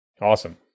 Awesome